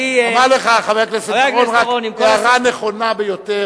אמר לך חבר הכנסת בר-און רק הערה נכונה ביותר,